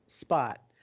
spot